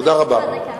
תודה רבה.